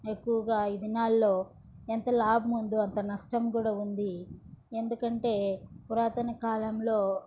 ఎక్కువగా ఈ దినాల్లో ఎంతలాభముందో అంత నష్టం కూడా ఉంది ఎందుకంటే పురాతనకాలంలో